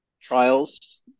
trials